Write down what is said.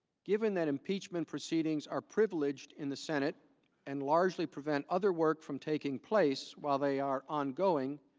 given that impeachment proceedings are privileged in the senate and largely prevent other work from taking place, while they are ongoing,